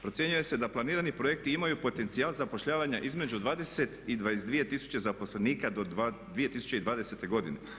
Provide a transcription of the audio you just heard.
Procjenjuje se da planirani projekti imaju potencijal zapošljavanja između 20 i 22 tisuće zaposlenika do 2020.godine.